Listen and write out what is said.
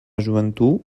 joventut